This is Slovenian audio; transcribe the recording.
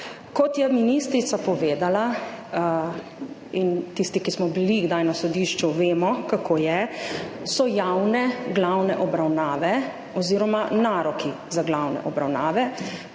Kot je ministrica povedala – in tisti, ki smo bili kdaj na sodišču, vemo, kako je – so javne glavne obravnave oziroma naroki za glavne obravnave